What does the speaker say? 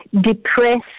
depressed